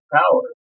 power